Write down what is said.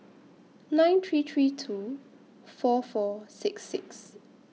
nine three three two four four six six